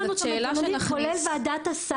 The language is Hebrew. מה שאני אומרת שיש לנו את המנגנונים כולל ועדת הסל,